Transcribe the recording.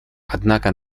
однако